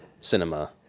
cinema